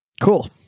Cool